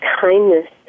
kindness